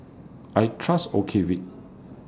I Trust Ocuvite